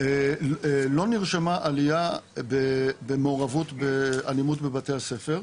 לא נרשמה עליה במעורבות באלימות בבתי הספר,